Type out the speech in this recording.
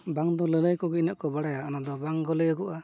ᱵᱟᱝ ᱫᱚ ᱞᱟᱹᱞᱟᱹᱭ ᱠᱚᱜᱮ ᱤᱱᱟᱹᱜ ᱠᱚ ᱵᱟᱲᱟᱭᱟ ᱚᱱᱟᱫᱚ ᱵᱟᱝ ᱞᱟᱹᱭᱚᱜᱼᱟ